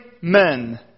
men